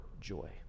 joy